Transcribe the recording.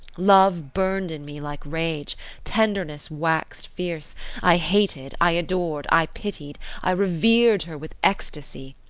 love burned in me like rage tenderness waxed fierce i hated, i adored, i pitied, i revered her with ecstasy.